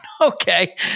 Okay